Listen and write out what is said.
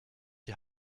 die